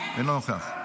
אינו נוכח.